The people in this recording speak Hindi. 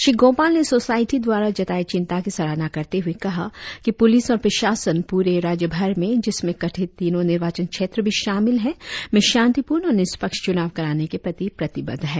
श्री गोपाल ने सोसायटी द्वारा जताए चिंता की सराहना करते हुए कहा कि पुलिस और प्रशासन पूरे राज्य भर में जिसमें कथित तीनों निर्वाचन क्षेत्र भी शामिल है में शांतिपूर्ण और निष्पक्ष चुनाव कराने के प्रति प्रतिबद्ध है